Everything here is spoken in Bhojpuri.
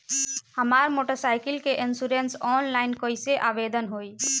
हमार मोटर साइकिल के इन्शुरन्सऑनलाइन कईसे आवेदन होई?